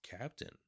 captain